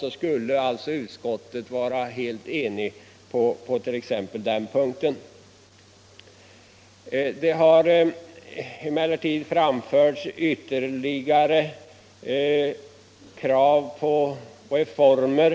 Därmed skulle alltså utskottet vara helt enigt på den punkten. Det har emellertid framförts ytterligare krav på reformer.